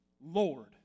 Lord